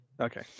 okay